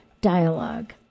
Dialogue